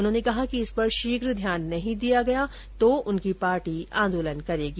उन्होंने कहा कि इस पर शीघ्र ध्यान नहीं दिया गया तो उनकी पार्टी आंदोलन करेगी